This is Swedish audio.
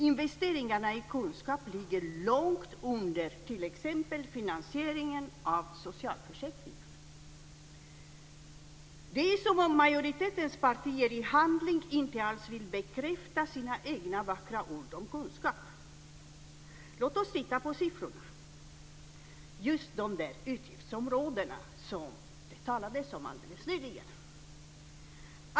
Investeringarna i kunskap ligger långt under t.ex. finansieringen av socialförsäkringarna. Det är som om majoritetens partier i handling inte alls vill bekräfta sina egna vackra ord om kunskap. Låt oss titta på siffrorna när det gäller de utgiftsområden som det talades om alldeles nyligen.